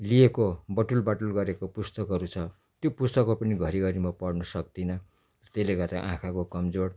लिएको बटुलबाटुल गरेको पुस्तकहरू छ त्यो पुस्तकहरू पनि घरिघरि म पढ्नु सक्दिनँ त्यसले गर्दा आँखाको कमजोर